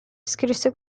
scrisse